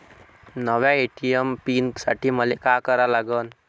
नव्या ATM PIN साठी मले का करा लागन?